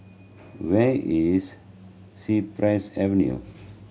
where is Cypress Avenue